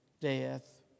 death